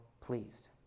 pleased